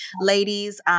Ladies